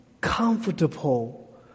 comfortable